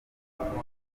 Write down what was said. biruhuko